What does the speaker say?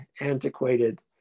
antiquated